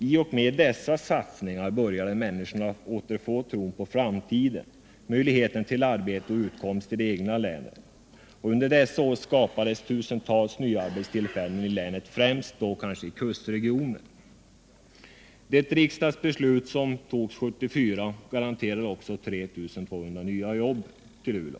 I och med dessa satsningar började människorna återfå tron på framtiden och möjligheten till arbete och utkomst i det egna länet. Under dessa år skapades tusentals nya arbetstillfällen i länet, främst i kustregionen. Det riksdagsbeslut som togs 1974 garanterade också 2 300 nya jobb till Luleå.